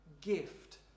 gift